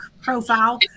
profile